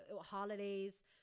holidays